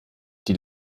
die